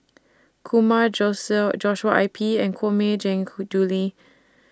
Kumar Joshua I P and Koh Mui Julie